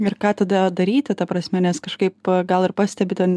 ir ką tada daryti ta prasme nes kažkaip gal ir pastebi ten